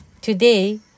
Today